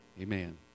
Amen